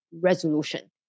resolution